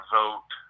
vote